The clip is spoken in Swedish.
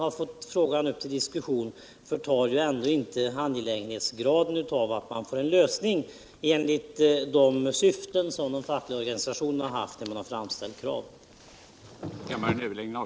Al frågan nu har kommit upp till diskussion minskar ju inte angelägenhetsgraden av att få till stånd en lösning i enlighet med de fackliga organisationernas syften när de har framställt sina krav.